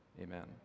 Amen